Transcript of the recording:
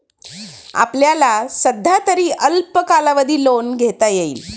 आपल्याला सध्यातरी अल्प कालावधी लोन घेता येईल